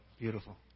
Beautiful